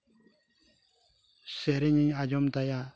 ᱥᱮᱨᱮᱧᱤᱧ ᱟᱸᱡᱚᱢ ᱛᱟᱭᱟ